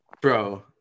Bro